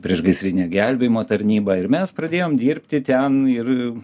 priešgaisrinė gelbėjimo tarnyba ir mes pradėjom dirbti ten ir